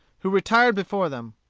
who retired before them.